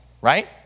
right